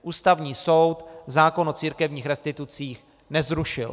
Ústavní soud zákon o církevních restitucích nezrušil.